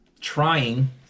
trying